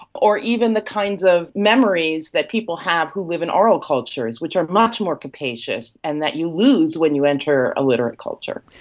or even the kinds of memories that people have who live in oral cultures, which are much more capacious and that you lose when you enter a literate culture.